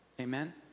Amen